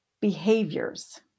behaviors